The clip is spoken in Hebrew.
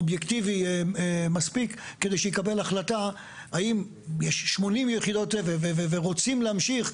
אובייקטיבי מספיק כדי שיקבל החלטה האם 80 יחידות ורוצים להמשיך,